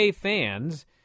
fans